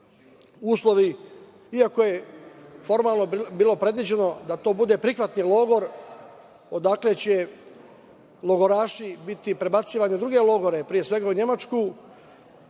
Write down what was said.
iako je formalno bilo predviđeno da to bude prihvatni logor, odakle će logoraši biti prebacivani u druge logore, pre svega u Nemačku,